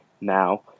now